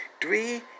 Three